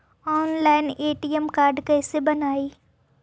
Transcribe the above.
Online ATM card कैसे बनाई?